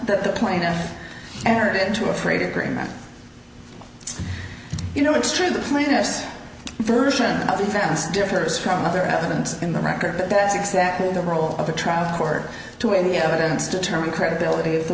that the plaintiff erit to afraid agreement you know it's true the plaintiffs version of the fence differs from other evidence in the record but that's exactly the role of the trial court to weigh the evidence determine the credibility of the